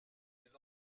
les